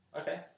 Okay